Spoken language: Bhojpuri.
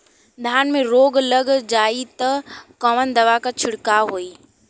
धान में रोग लग जाईत कवन दवा क छिड़काव होई?